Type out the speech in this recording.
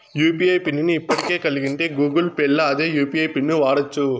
UPI pin ని ఇప్పటికే కలిగుంటే గూగుల్ పేల్ల అదే యూ.పి.ఐ పిన్ను వాడచ్చు